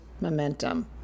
momentum